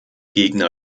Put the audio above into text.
gegner